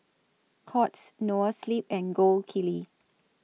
Courts Noa Sleep and Gold Kili